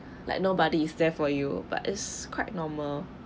like nobody is there for you but it's quite normal